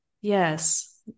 yes